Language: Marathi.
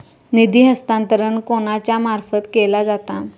निधी हस्तांतरण कोणाच्या मार्फत केला जाता?